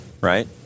right